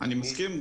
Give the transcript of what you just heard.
אני מסכים.